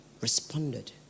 responded